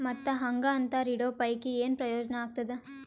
ಮತ್ತ್ ಹಾಂಗಾ ಅಂತರ ಇಡೋ ಪೈಕಿ, ಏನ್ ಪ್ರಯೋಜನ ಆಗ್ತಾದ?